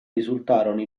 risultarono